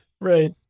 right